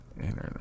internet